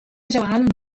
جوعان